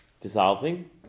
dissolving